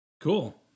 Cool